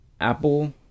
apple